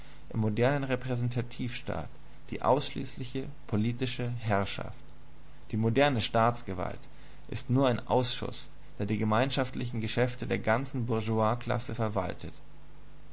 modernen repräsentativstaat die ausschließliche politische herrschaft die moderne staatsgewalt ist nur ein ausschuß der die gemeinschaftlichen geschäfte der ganzen bourgeoisklasse verwaltet